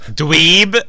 dweeb